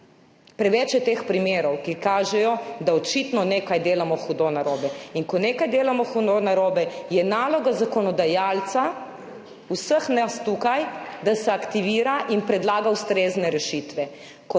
Preveč je teh primerov, ki kažejo, da očitno nekaj delamo hudo narobe in ko nekaj delamo hudo narobe, je naloga zakonodajalca, vseh nas tukaj, da se aktivira in predlaga ustrezne rešitve.